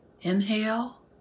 inhale